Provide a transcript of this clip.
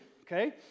okay